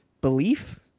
belief